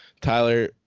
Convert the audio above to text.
Tyler